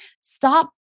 Stop